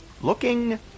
looking